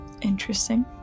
Interesting